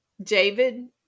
David